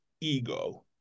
ego